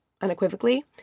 unequivocally